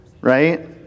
right